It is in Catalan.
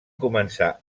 començar